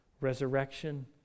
resurrection